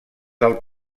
del